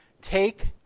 take